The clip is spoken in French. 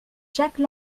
jacques